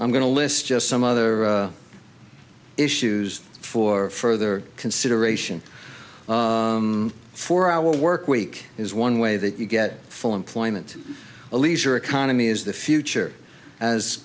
i'm going to list just some other issues for further consideration four hour work week is one way that you get full employment a leisure economy is the future as